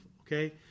okay